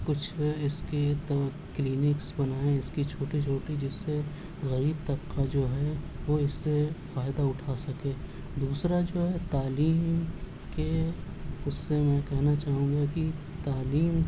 کچھ اس کی دوا کلینکس بنائیں اس کی چھوٹے چھوٹے جس سے غریب طبقہ جو ہے وہ اس سے فائدہ اٹھا سکے دوسرا جو ہے تعلیم کہ اس سے میں کہنا چاہوں گا کہ تعلیم